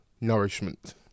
Nourishment